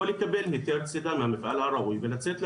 יכול לקבל היתר צידה מהמפעל הראוי ולצאת לצוד.